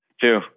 Two